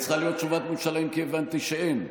צריכה להיות תשובת ממשלה, אם כי הבנתי שאין.